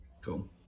Cool